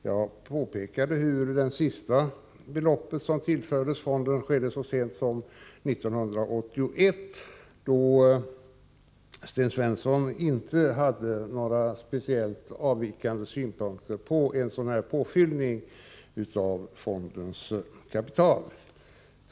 Jag påpekade hur det senaste tillskottet till fonden skedde så sent som 1981, då Sten Svensson inte hade några speciellt avvikande synpunkter på en sådan påfyllning av fondens kapital.